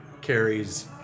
carries